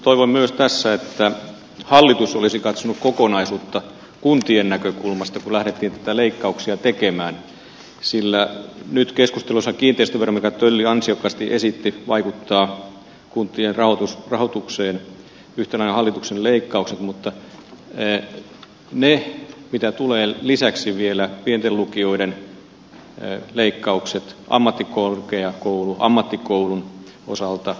toivon myös tässä että hallitus olisi katsonut kokonaisuutta kuntien näkökulmasta kun lähdettiin näitä leikkauksia tekemään sillä nyt keskustelussa oleva kiinteistövero minkä tölli ansiokkaasti esitti vaikuttaa kuntien rahoitukseen yhtenä nämä hallituksen leikkaukset mutta lisäksi tulevat vielä pienten lukioiden leikkaukset ammattikorkeakoulun ammattikoulun osalta aluekehittämisrahojen leikkaukset